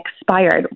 expired